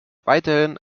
weiterhin